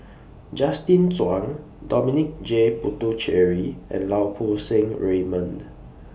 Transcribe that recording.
Justin Zhuang Dominic J Puthucheary and Lau Poo Seng Raymond